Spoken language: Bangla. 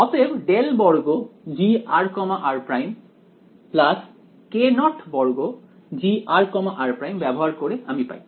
অতএব ∇2gr r′ k02gr r′ ব্যবহার করে আমি পাই